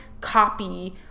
copy